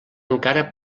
encara